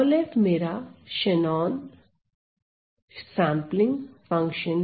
f मेरा Shannon sampling function है